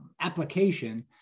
application